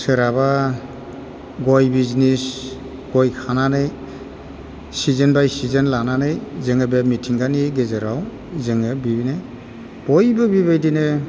सोरहाबा गय बिजनेस गय खानानै सिजोन बाय सिजोन लानानै जोङो बे मिथिंगानि गेजेराव जोङो बिदिनो बयबो बेबायदिनो